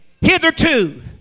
hitherto